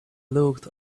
looked